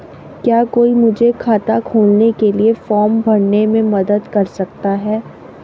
क्या कोई मुझे खाता खोलने के लिए फॉर्म भरने में मदद कर सकता है?